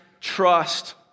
trust